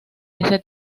ese